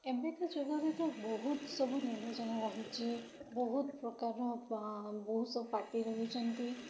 ଏବେକା ଯୁଗରେ ତ ବହୁତ ସବୁ ନିର୍ବାଚନ ରହିଛି ବହୁତ ପ୍ରକାରର ବା ବହୁତ ସବୁ ପାର୍ଟି ରହିଛନ୍ତି